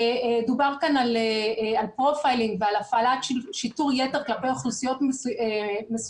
דובר כאן על פרופיילינג ועל הפעלת שיטור יתר כלפי אוכלוסיות מסוימות.